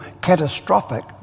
catastrophic